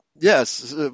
Yes